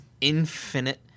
infinite